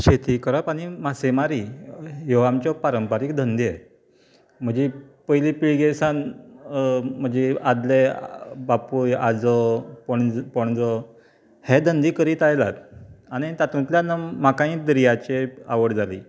शेती करप आनी मासे मारी ह्यो आमच्यो पारंपारीक धंदे म्हणजे पयलें पिळगे सावन म्हणजे आदले बापूय आजो पणज पणजो हे धंदे करीत आयल्यात आनी तातूंतल्यान म्हाकाय दर्याचे आवड जाली